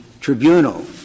tribunal